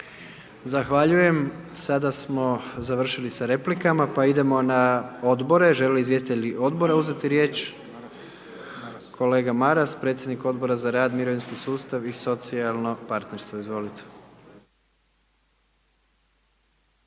Zahvaljujem. Sada smo završili sa replikama, pa idemo na Odbore. Žele li izvjestitelji Odbora uzeti riječ? Kolega Maras, predsjednik Odbora za rad, mirovinski sustav i socijalno partnerstvo. Izvolite.